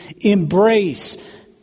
embrace